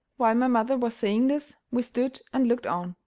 while my mother was saying this, we stood and looked on.